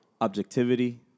objectivity